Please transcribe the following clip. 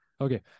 Okay